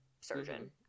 surgeon